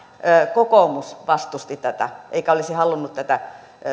kokoomus vastusti tätä eikä olisi halunnut tätä